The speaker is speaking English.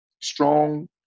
strong